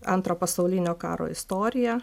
antro pasaulinio karo istoriją